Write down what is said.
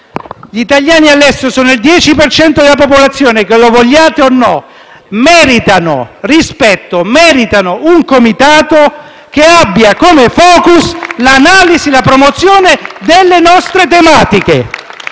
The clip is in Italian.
Gli italiani all'estero sono il 10 per cento della popolazione e, che lo vogliate o no, meritano rispetto, meritano un Comitato che abbia come *focus* l'analisi e la promozione delle nostre tematiche.